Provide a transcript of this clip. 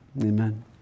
Amen